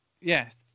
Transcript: yes